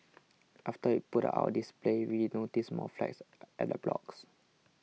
after we put our display we noticed more flags at the blocks